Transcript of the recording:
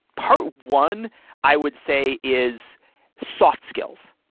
part one i would say is soft skills.